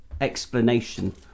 explanation